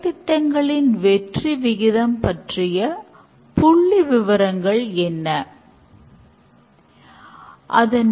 அதன்பிறகு software படிப்படியாக பயனாளர் இடத்தில் செயல்படுத்த வேண்டும்